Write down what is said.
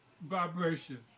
Vibration